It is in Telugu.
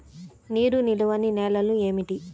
నీరు నిలువని నేలలు ఏమిటి?